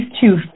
two